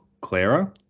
Clara